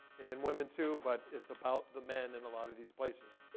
and women, too, but it's about the men in a lot of these places,